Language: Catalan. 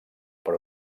per